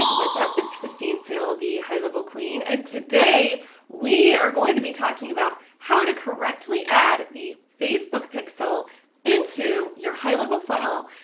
what's up? it's christine seale, the highlevel queen, and today we are going to be talking about how to correctly add the facebook pixel into your highlevel funnel.